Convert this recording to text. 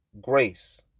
grace